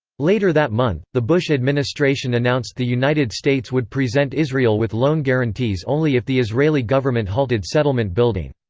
later that month, the bush administration announced the united states would present israel with loan guarantees only if the israeli government halted settlement building.